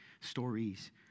Stories